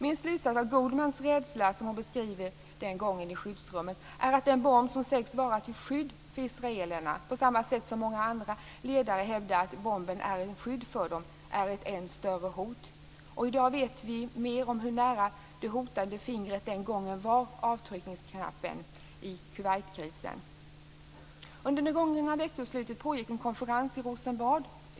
Min slutsats av Goldmans rädsla, som hon beskriver den gången i skyddsrummet, är att den bomb som sägs vara till skydd för israelerna, på samma sätt som många andra ledare hävdar att bomben är ett skydd för deras folk, är ett än större hot. I dag vet vi mer om hur nära det hotande fingret var avtryckningsknappen i Kuwaitkrisen. Under det gångna veckoslutet pågick en konferens i Rosenbad.